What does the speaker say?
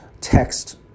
text